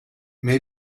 may